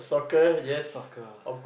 soccer